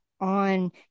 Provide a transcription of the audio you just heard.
on